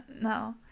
no